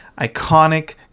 iconic